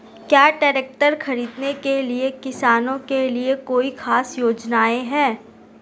क्या ट्रैक्टर खरीदने के लिए किसानों के लिए कोई ख़ास योजनाएं हैं?